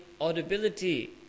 audibility